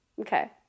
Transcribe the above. Okay